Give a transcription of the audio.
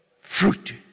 fruit